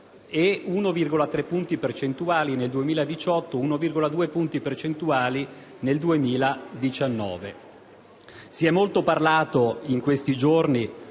1,3 punti percentuali nel 2018 e 1,2 punti percentuali nel 2019. Si è molto parlato in questi giorni